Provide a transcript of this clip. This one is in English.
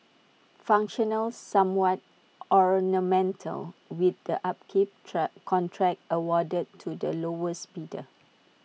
functional somewhat ornamental with the upkeep try contract awarded to the lowest bidder